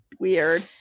Weird